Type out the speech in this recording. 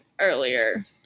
earlier